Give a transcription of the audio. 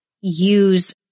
use